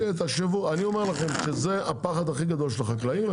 אני אומר לכם שזה הפחד הכי גדול של החקלאים,